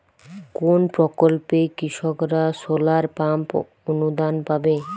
কোন প্রকল্পে কৃষকরা সোলার পাম্প অনুদান পাবে?